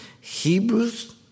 Hebrews